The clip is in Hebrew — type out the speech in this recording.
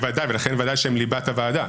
בוודאי, ולכן ודאי שהם ליבת הוועדה.